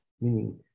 meaning